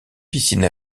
piscine